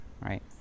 right